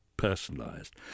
personalized